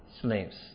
slaves